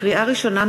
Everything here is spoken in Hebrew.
לקריאה ראשונה,